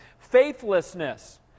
faithlessness